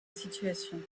situation